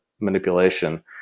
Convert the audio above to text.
manipulation